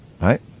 right